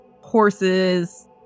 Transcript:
horses